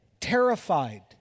terrified